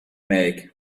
make